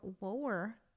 lower